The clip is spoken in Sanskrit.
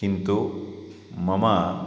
किन्तु मम